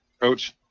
coach